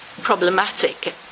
problematic